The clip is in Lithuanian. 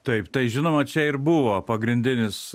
taip tai žinoma čia ir buvo pagrindinis